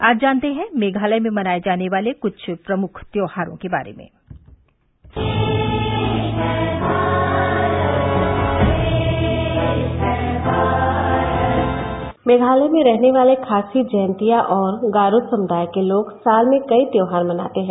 आज जानते हैं मेघालय में मनाए जाने वाले कुछ प्रमुख त्यौहारों के बारे में मेघालय में रहने वाले खासी जयांतिया और गारो समुदाय के लोग साल में कई त्यौहार मनाते हैं